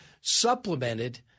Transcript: supplemented